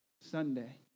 Sunday